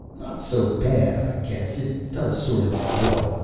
not so bad, i guess it does sort of, well,